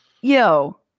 Yo